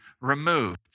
removed